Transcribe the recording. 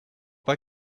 pas